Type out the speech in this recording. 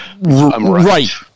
right